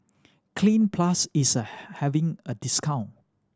Cleanz Plus is having a discount